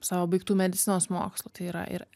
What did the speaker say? savo baigtų medicinos mokslų tai yra ir